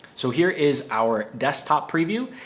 so here is our desktop preview,